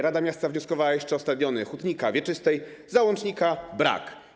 Rada miasta wnioskowała jeszcze o stadiony Hutnika, Wieczystej - załącznika brak.